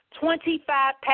Twenty-five